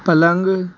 पलंग